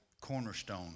Cornerstone